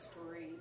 story